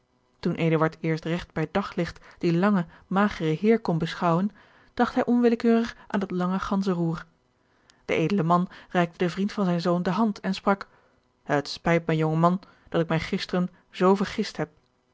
eduard eerst regt bij daglicht dien langen mageren heer kon beschouwen dacht hij onwillekeurig aan het lange ganzenroer de edele man reikte den vriend van zijn zoon de hand en sprak het spijt mij jongman dat ik mij gisteren zoo vergist heb